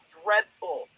dreadful